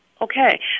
Okay